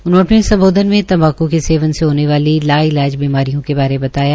उन्होंने अपने सम्बोधन में तम्बाकु के सेवन से होने वाली लाइजाज बीमारियों के बारे बताया